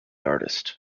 artist